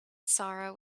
sorrow